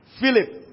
Philip